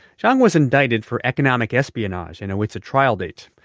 xiang was indicted for economic espionage and awaits a trial date.